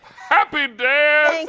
happy dance.